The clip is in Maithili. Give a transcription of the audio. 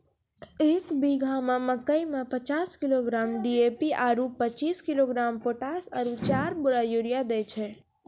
एक बीघा मे मकई मे पचास किलोग्राम डी.ए.पी आरु पचीस किलोग्राम पोटास आरु चार बोरा यूरिया दैय छैय?